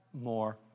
more